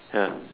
ya